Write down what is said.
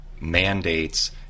mandates